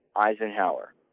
Eisenhower